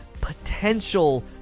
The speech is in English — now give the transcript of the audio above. potential